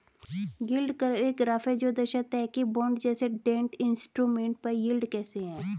yield curve एक graph है जो दर्शाता है कि बॉन्ड जैसे डेट इंस्ट्रूमेंट पर यील्ड कैसे है